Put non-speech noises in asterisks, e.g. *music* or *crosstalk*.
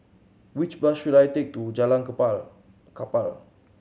which bus should I take to Jalan *unintelligible* Kapal